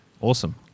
Awesome